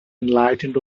enlightened